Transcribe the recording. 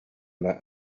that